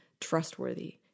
trustworthy